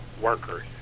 workers